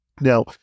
Now